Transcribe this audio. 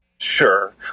Sure